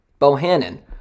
Bohannon